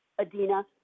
Adina